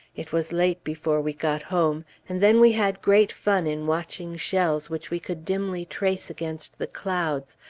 it was late before we got home, and then we had great fun in watching shells which we could dimly trace against the clouds,